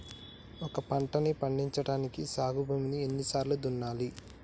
ఒక పంటని పండించడానికి సాగు భూమిని ఎన్ని సార్లు దున్నాలి?